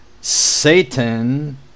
Satan